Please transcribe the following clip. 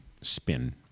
spin